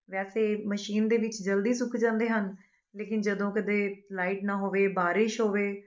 ਵੈਸੇ ਮਸ਼ੀਨ ਦੇ ਵਿੱਚ ਜਲਦੀ ਸੁੱਕ ਜਾਂਦੇ ਹਨ ਲੇਕਿਨ ਜਦੋ ਕਦੇ ਲਾਈਟ ਨਾ ਹੋਵੇ ਬਾਰਿਸ਼ ਹੋਵੇ